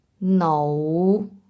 No